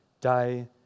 day